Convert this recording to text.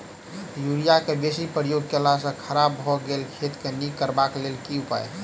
Urea केँ बेसी प्रयोग केला सऽ खराब भऽ गेल खेत केँ नीक करबाक लेल की उपाय?